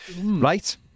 right